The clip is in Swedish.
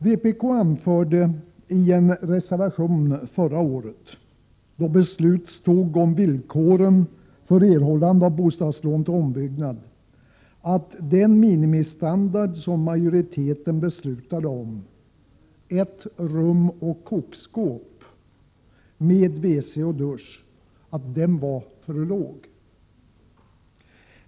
Vpk anförde i en reservation förra året, då beslut togs om villkoren för erhållande av bostadslån till ombyggnad, att den minimistandard som majoriteten beslutade om — ett rum och kokskåp med WC och dusch — var för låg.